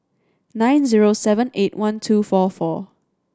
nine zero seven eight one two four four